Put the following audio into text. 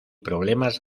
problemas